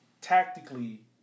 tactically